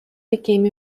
became